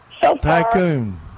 Tycoon